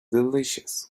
delicious